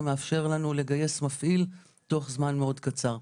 שמאפשר לנו לגייס מפעיל תוך זמן מאוד קצר.